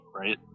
right